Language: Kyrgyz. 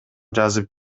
жазып